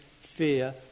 fear